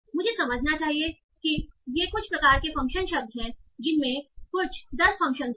मुझे समझना चाहिए कि ये कुछ प्रकार के फ़ंक्शन शब्द हैं जिनमें कुछ दस फ़ंक्शन हैं